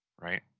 right